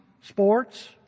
sports